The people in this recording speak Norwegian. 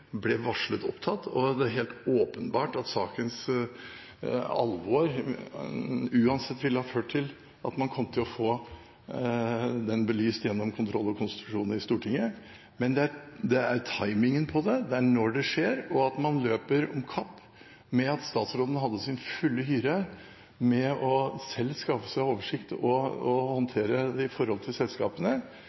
ble varslet opptatt, og det er helt åpenbart at sakens alvor uansett ville ha ført til at man kom til å få den belyst gjennom kontroll- og konstitusjonskomiteen i Stortinget. Men det er timingen på det, det er når det skjer, og at man løper om kapp med at statsråden hadde sin fulle hyre med selv å skaffe seg oversikt og håndtere det i forhold til selskapene,